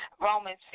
Romans